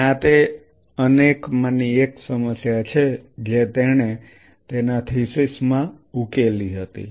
અને આ તે અનેક માની એક સમસ્યા છે જે તેણે તેના થીસીસમાં ઉકેલી હતી